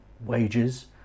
wages